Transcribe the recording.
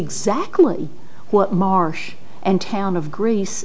exactly what marsh and town of gre